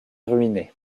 ruiné